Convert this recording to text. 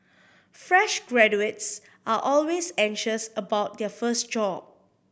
fresh graduates are always anxious about their first job